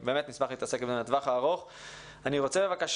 אני מוכרח